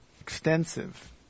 extensive